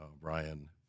Brian